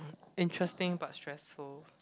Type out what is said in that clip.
interesting but stressful